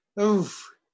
Oof